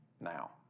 now